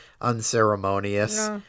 unceremonious